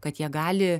kad jie gali